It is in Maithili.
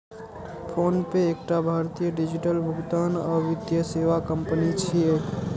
फोनपे एकटा भारतीय डिजिटल भुगतान आ वित्तीय सेवा कंपनी छियै